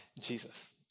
Jesus